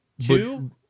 two